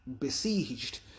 besieged